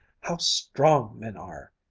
how strong men are!